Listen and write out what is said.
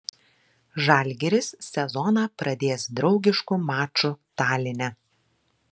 žalgiris sezoną pradės draugišku maču taline